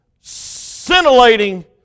scintillating